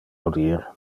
audir